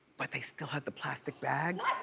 but they still had the plastic bags.